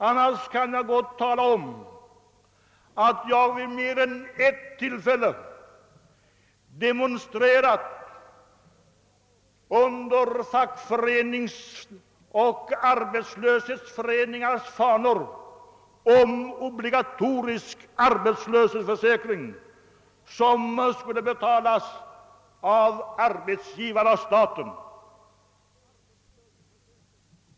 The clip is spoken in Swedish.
Annars kan jag tala om att jag vid mer än ett tillfälle har demonstrerat under fackföreningars och arbetslöshetsföreningars fanor för obligatorisk arbetslöshetsförsäkring som skulle betalas av arbetsgivaren och staten.